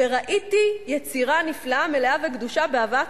וראיתי יצירה נפלאה מלאה וגדושה בהבאת